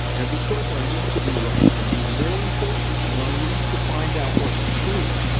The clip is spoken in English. and because our need to be right can be more important than our need to find out what's true,